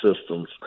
systems